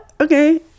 Okay